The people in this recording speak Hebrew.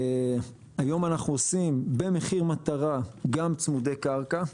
היום אנחנו עושים במחיר מטרה גם צמודי קרקע,